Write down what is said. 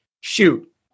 shoot